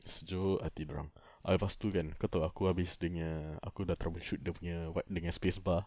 sejuk hati dia orang ah lepas tu kan kau tahu aku habis dia punya aku dah troubleshoot dia punya what dia punya space bar